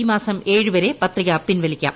ഈ മാസം ഏഴ് വരെ പത്രിക പിൻവലിക്കാം